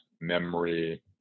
memory